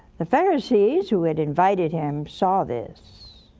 the pharisee who had invited him saw this.